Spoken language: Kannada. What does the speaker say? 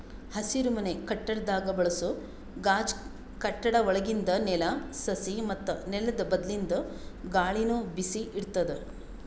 ಹಸಿರುಮನೆ ಕಟ್ಟಡದಾಗ್ ಬಳಸೋ ಗಾಜ್ ಕಟ್ಟಡ ಒಳಗಿಂದ್ ನೆಲ, ಸಸಿ ಮತ್ತ್ ನೆಲ್ದ ಬಲ್ಲಿಂದ್ ಗಾಳಿನು ಬಿಸಿ ಇಡ್ತದ್